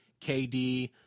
KD